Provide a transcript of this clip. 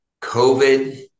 COVID